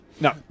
No